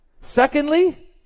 Secondly